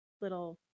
little